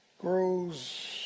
grows